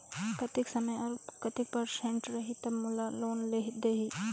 कतेक समय और परसेंट रही तब मोला लोन देही?